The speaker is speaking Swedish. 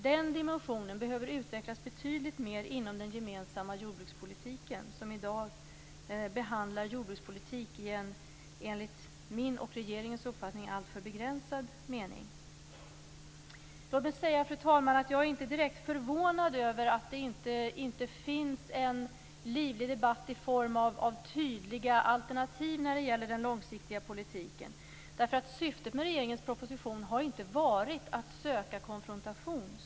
Den dimensionen behöver utvecklas betydligt mer inom den gemensamma jordbrukspolitiken, som i dag behandlar jordbrukspolitik i en enligt min och regeringens uppfattning alltför begränsad mening. Låt mig säga, fru talman, att jag inte är direkt förvånad över att det inte finns en livlig debatt i form av tydliga alternativ när det gäller den långsiktiga politiken. Syftet med regeringens proposition har inte varit att söka konfrontation.